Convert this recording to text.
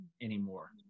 anymore